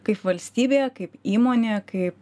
kaip valstybė kaip įmonė kaip